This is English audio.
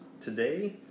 today